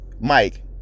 Mike